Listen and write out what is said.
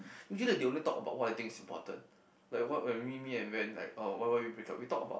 usually they only talk about what things important like what when me me and Wen like uh why why we break up we talk about